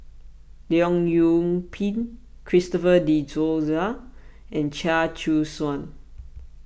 Leong Yoon Pin Christopher De Souza and Chia Choo Suan